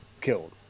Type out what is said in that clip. killed